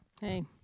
Hey